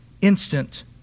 instant